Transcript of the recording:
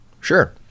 Sure